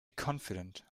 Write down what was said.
confident